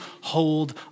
hold